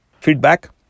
feedback